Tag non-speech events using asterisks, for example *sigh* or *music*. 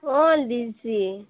অ' *unintelligible*